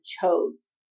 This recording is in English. chose